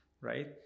right